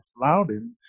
flouting